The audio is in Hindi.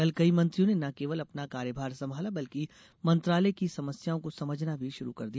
कल कई मंत्रियों ने न केवल अपना कार्यभार संभाला बल्कि मंत्रालय की समस्याओं को समझना भी शुरू कर दिया